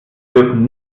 dürfen